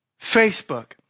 Facebook